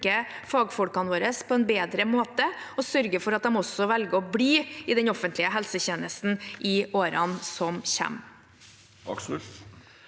fagfolkene våre på en bedre måte, og sørge for at de velger å bli i den offentlige helsetjenesten i årene som kommer.